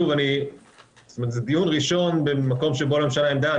זה דיון ראשון במקום שבו לממשלה אין דעה.